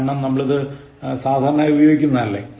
കാരണം ഇത് നമ്മൾ സാധാരണയായി ഉപയോഗിക്കുന്നതല്ലേ